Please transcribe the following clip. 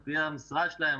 על פי המשרה שלהם,